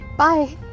Bye